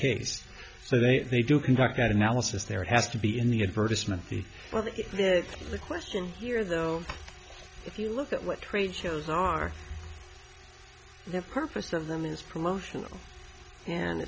case so they need to conduct that analysis there has to be in the advertisement the question here though if you look at what trade shows are the purpose of them is promotional and